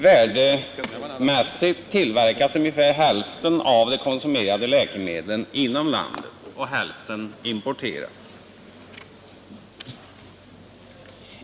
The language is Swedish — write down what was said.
Värdemässigt tillverkas ungefär hälften av de konsumerade läkemedlen inom landet och hälften importeras.